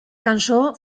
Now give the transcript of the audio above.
cançó